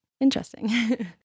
interesting